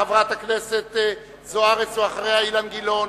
חברת הכנסת זוארץ, ואחריה, אילן גילאון.